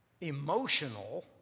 emotional